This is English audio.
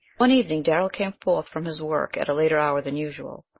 one evening darrell came forth from his work at a later hour than usual.